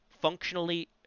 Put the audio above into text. functionally